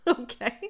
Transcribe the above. Okay